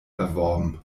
erworben